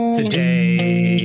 Today